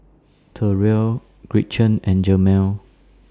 Terell Gretchen and Jemal